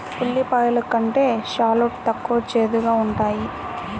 ఉల్లిపాయలు కంటే షాలోట్ తక్కువ చేదుగా ఉంటాయి